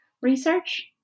research